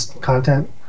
content